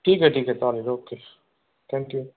ठीक आहे ठीक आहे चालेल ओके थँक्यू